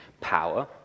power